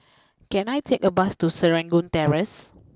can I take a bus to Serangoon Terrace